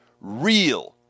real